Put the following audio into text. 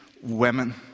women